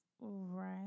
right